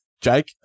Jake